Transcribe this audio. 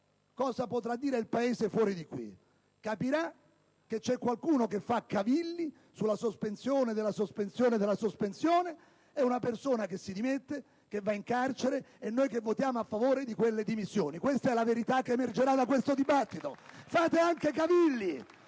cosa potrà dire il Paese fuori di qui: capirà che c'è qualcuno che fa cavilli sulla sospensione della sospensione della sospensione; che c'è una persona che si dimette, che va in carcere, e noi votiamo a favore delle sue dimissioni. Questa è la verità che emergerà da questo dibattito. *(Applausi dal